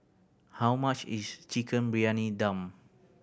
how much is Chicken Briyani Dum